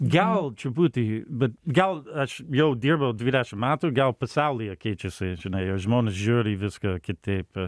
gal truputį bet gal aš jau dirbau dvidešim metų gal pasaulyje keičiasi žinai žmonės žiūri į viską kitaip